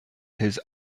his